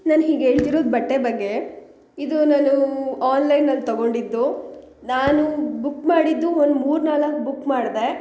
ನಾನು ಹೀಗೆ ಹೇಳ್ತಿರೋದು ಬಟ್ಟೆ ಬಗ್ಗೆ ಇದು ನಾನು ಆನ್ಲೈನ್ನಲ್ಲಿ ತಗೊಂಡಿದ್ದು ನಾನು ಬುಕ್ ಮಾಡಿದ್ದು ಒಂದು ಮೂರು ನಾಲ್ಕು ಬುಕ್ ಮಾಡಿದೆ